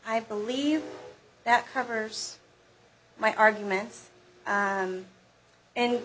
i believe that covers my arguments and